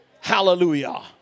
Hallelujah